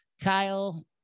Kyle